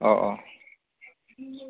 अ अ